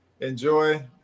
Enjoy